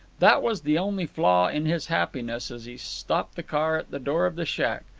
that was the only flaw in his happiness as he stopped the car at the door of the shack,